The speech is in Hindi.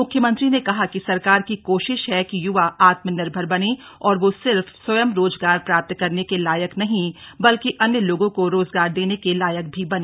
मुख्यमंत्री ने कहा कि सरकार की कोशिश है कि युवा आत्मनिर्मर बने और वह सिर्फ स्वयं रोजगार प्राप्त करने के लायक नहीं बल्कि अन्य लोगों को रोजगार देने के लायक भी बने